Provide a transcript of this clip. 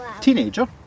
teenager